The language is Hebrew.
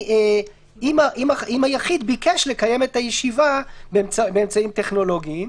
אם היחיד ביקש לקיים את הישיבה באמצעים טכנולוגיים,